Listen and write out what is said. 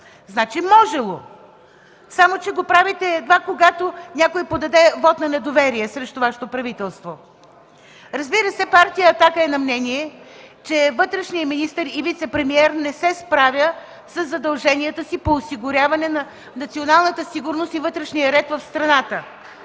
Значи можело! Само че го правите едва когато някой подаде вот на недоверие срещу Вашето правителство. Разбира се, Партия „Атака” е на мнение, че вътрешният министър и вицепремиер не се справя със задълженията си по осигуряване на националната сигурност и вътрешния ред в страната.